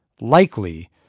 likely